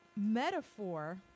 metaphor